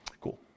Cool